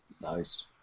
Nice